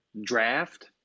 draft